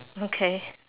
okay